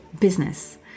business